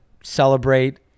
celebrate